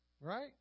Right